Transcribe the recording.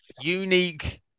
unique